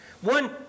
One